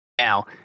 Now